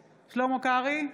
קרעי,